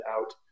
out